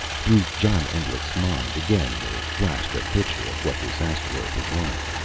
through john endlich's mind again there flashed a picture of what this asteroid was like.